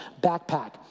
backpack